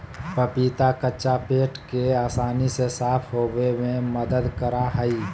पपीता कच्चा पेट के आसानी से साफ होबे में मदद करा हइ